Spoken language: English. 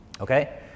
Okay